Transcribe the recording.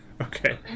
Okay